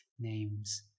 name's